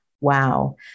Wow